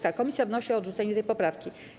Komisja wnosi o odrzucenie tej poprawki.